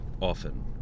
often